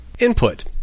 Input